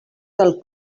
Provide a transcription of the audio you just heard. del